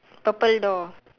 purple door